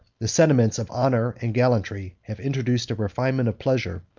the sentiments of honor and gallantry have introduced a refinement of pleasure,